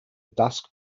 dusk